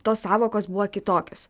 tos sąvokos buvo kitokios